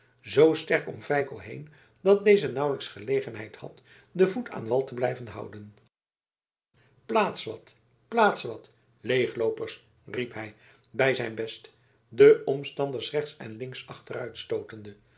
zoo sterk om feiko heen dat deze nauwelijks gelegenheid had den voet aan wal te blijven houden plaats wat plaats wat leegloopers riep hij bij zijn best de omstanders rechts en links